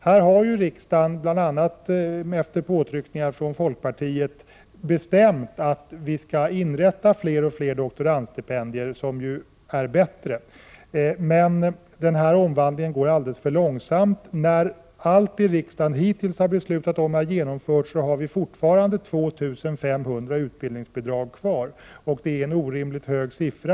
Här har riksdagen bl.a. efter påtryckningar från oss i folkpartiet bestämt att det skall inrättas allt fler doktorandtjänster, som ju är bättre. Men omvandlingen går alldeles för långsamt. När allt det är genomfört som riksdagen hittills har beslutat om, har vi fortfarande 2 500 utbildningsbidrag kvar. Det är en orimligt hög siffra.